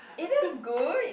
it is good